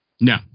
No